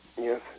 yes